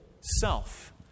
self